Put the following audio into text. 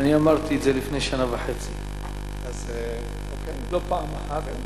אני אמרתי את זה לפני שנה וחצי לא פעם אחת.